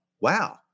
Wow